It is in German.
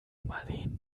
marleen